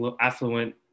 affluent